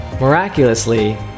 Miraculously